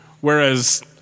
Whereas